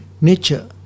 nature